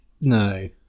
No